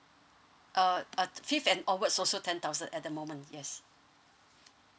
uh uh fifth and onwards also ten thousand at the moment yes